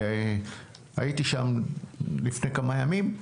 הייתי שם לפני כמה ימים,